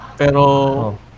pero